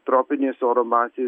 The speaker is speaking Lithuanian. tropinės oro masės